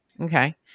Okay